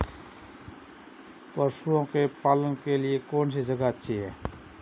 पशुओं के पालन के लिए कौनसी जगह अच्छी है?